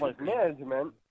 management